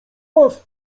was